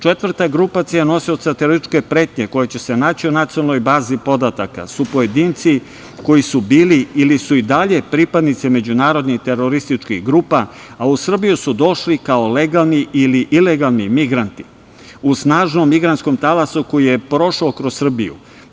Četvrta grupacija nosioca terorističke pretnje koje će se naći u nacionalnoj bazi podataka su pojedinci koji su bili ili su i dalje pripadnici međunarodnih terorističkih grupa, a u Srbiju su došli kao legalni ili ilegalni migranti, u snažnom migrantskom talasu koji je prošao kroz Srbiju.